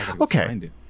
Okay